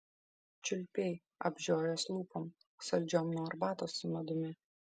čiulpei apžiojęs lūpom saldžiom nuo arbatos su medumi